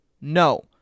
No